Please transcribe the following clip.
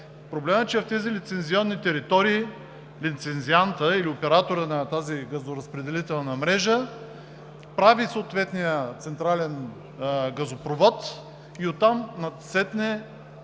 също се разделя на лицензионни територии, лицензиантът или операторът на тази газоразпределителна мрежа, прави съответния централен газопровод и оттам насетне